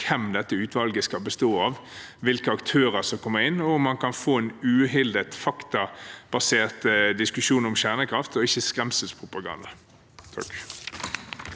hvem dette utvalget skal bestå av, hvilke aktører som kommer inn, og om man kan få en uhildet faktabasert diskusjon om kjernekraft og ikke skremselspropaganda.